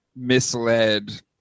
misled